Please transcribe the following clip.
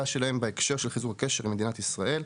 שלהם בהקשר של חיזוק הקשר עם מדינת ישראל.